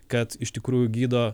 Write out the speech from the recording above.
kad iš tikrųjų gydo